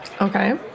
Okay